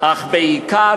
אך בעיקר,